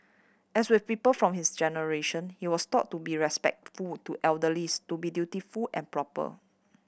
as with people from his generation he was taught to be respectful to elder lease to be dutiful and proper